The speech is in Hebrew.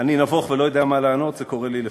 אני נבוך ולא יודע מה לענות, זה קורה לי לפעמים.